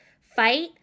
fight